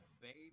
baby